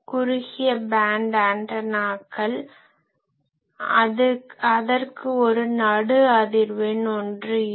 குறுகிய பேன்ட் ஆண்டனாக்கள் அதற்கு ஒரு நடு அதிர்வெண் ஒன்று இருக்கும்